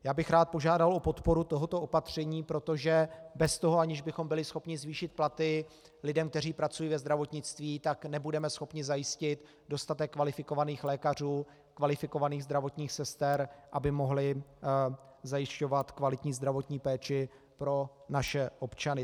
Já bych rád požádal o podporu tohoto opatření, protože bez toho, aniž bychom byli schopni zvýšit platy lidem, kteří pracují ve zdravotnictví, nebudeme schopni zajistit dostatek kvalifikovaných lékařů, kvalifikovaných zdravotních sester, aby mohli zajišťovat kvalitní zdravotní péči pro naše občany.